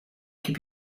keep